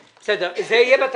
בסדר, זה יהיה בתקנות.